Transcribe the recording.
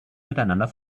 miteinander